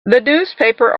newspaper